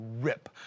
rip